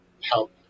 help